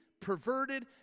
perverted